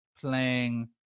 playing